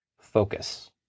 focus